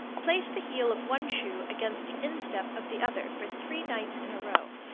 place the heel of one shoe against the instep of the other for three nights in a row.